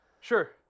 Sure